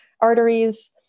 arteries